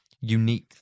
unique